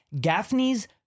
Gaffney's